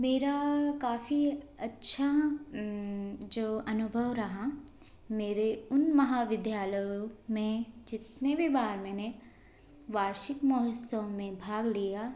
मेरा काफ़ी अच्छा जो अनुभव रहा मेरे उन महाविद्यालयों में जितने भी बार मैंने वार्षिक महोत्सव में भाग लिया